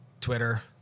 Twitter